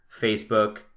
Facebook